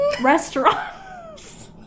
Restaurants